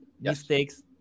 mistakes